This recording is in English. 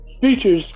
features